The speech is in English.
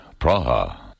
Praha